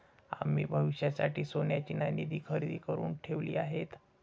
आम्ही भविष्यासाठी सोन्याची नाणी खरेदी करुन ठेवली आहेत